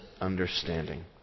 understanding